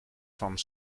van